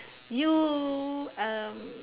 you um